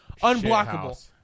Unblockable